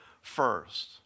first